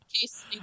case